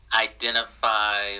identify